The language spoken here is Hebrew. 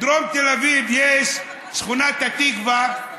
בדרום תל אביב יש שכונת התקווה,